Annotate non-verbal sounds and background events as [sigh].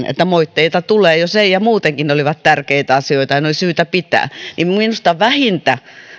[unintelligible] että moitteita tulee jos en ja muutenkin ne olivat tärkeitä asioita ja ne oli syytä pitää minusta vähintä